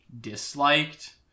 disliked